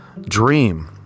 dream